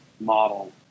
model